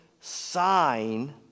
sign